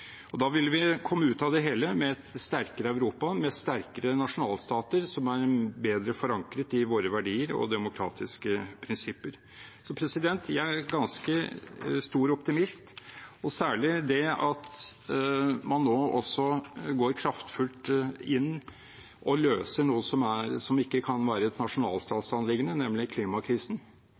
Da vil vi komme ut av det hele med et sterkere Europa, med sterkere nasjonalstater som er bedre forankret i våre verdier og demokratiske prinsipper. Jeg er en ganske stor optimist, særlig ved at man nå også går kraftfullt inn og løser noe som ikke kan være et nasjonalstatsanliggende, nemlig klimakrisen.